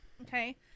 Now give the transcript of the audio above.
Okay